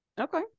Okay